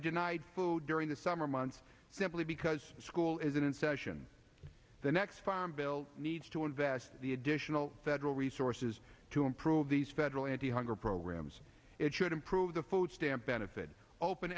denied food during the summer months simply because school isn't in session the next farm bill needs to invest the additional federal resources to improve these federal anti hunger programs it should improve the food stamp benefit open